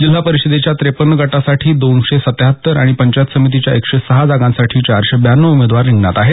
जिल्हा परिषदेच्या ट्रेपन्न गटासाठी दोनशे सत्त्याहत्तर आणि पंचायत समितीच्या एकशे सहा जागांसाठी चारशे ब्याण्णव उमेदवार रिंगणात आहेत